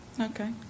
Okay